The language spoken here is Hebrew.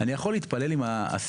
אני יכול להתפלל עם האסירים?